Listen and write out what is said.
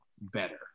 better